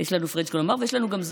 יש לנו פרנץ קולומבר ויש לנו גם,